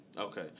Okay